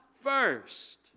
first